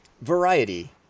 variety